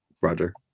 roger